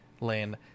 lane